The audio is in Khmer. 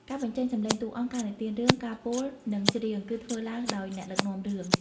ការបញ្ចេញសំឡេង តួអង្គ ការនិទានរឿង ការពោល និងច្រៀង គឺធ្វើឡើងដោយ អ្នកដឹកនាំរឿង។